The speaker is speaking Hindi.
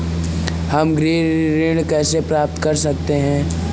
हम गृह ऋण कैसे प्राप्त कर सकते हैं?